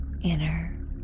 inner